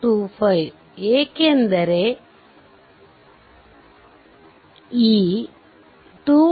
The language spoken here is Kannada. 25 ಏಕೆಂದರೆ ಈ 2